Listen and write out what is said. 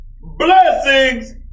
Blessings